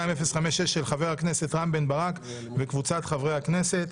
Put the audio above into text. של חבר הכנסת רם בן ברק וקבוצת חברי הכנסת.